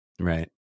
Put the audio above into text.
Right